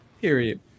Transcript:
Period